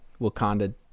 Wakanda